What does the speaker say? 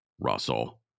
Russell